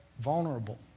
vulnerable